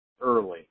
early